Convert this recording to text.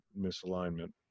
misalignment